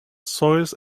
soils